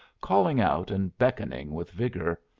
calling out and beckoning with vigour.